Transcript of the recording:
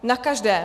Na každém.